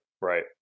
Right